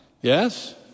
Yes